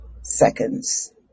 seconds